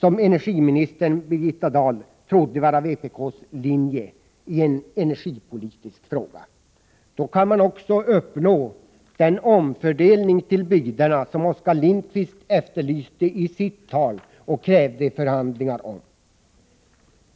som energiminister Birgitta Dahl trodde vara vpk:s linje i en energipolitisk fråga. Då kan man också uppnå den omfördelning till bygderna som Oskar Lindkvist efterlyste i sitt anförande och krävde förhandlingar om.